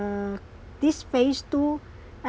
this phase two